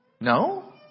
No